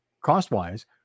cost-wise